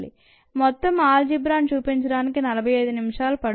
మొత్తం ఆల్ జీబ్రాను చూపించడానికి 45 నిమిషాలు పడుతుంది